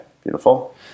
beautiful